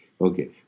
Okay